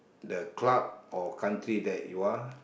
the club or country that you are